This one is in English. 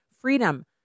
freedom